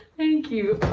thank you.